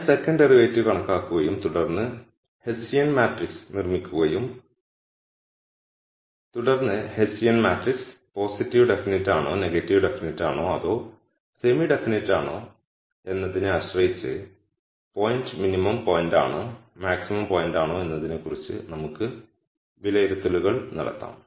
ഞാൻ second derivative കണക്കാക്കുകയും തുടർന്ന് ഹെസ്സിയൻ മാട്രിക്സ് നിർമ്മിക്കുകയും തുടർന്ന് ഹെസ്സിയൻ മാട്രിക്സ് പോസിറ്റീവ് ഡെഫിനിറ്റാണോ നെഗറ്റീവ് ഡെഫിനിറ്റാണോ അതോ സെമി ഡിഫിനിറ്റാണോ എന്നതിനെ ആശ്രയിച്ച് പോയിന്റ് മിനിമം പോയിന്റാണോ മാക്സിമം പോയിന്റാണോ എന്നതിനെ കുറിച്ച് നമുക്ക് വിലയിരുത്തലുകൾ നടത്താം